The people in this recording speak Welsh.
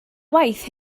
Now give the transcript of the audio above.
waith